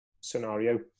scenario